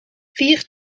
vier